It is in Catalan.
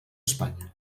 espanya